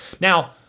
Now